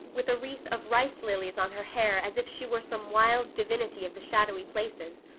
with a wreath of rice lilies on her hair as if she were some wild divinity of the shadowy places,